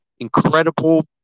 Incredible